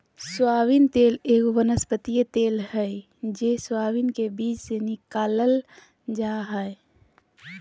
soybean तेल एगो वनस्पति तेल हइ जे सोयाबीन के बीज से निकालल जा हइ